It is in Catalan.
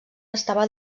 estava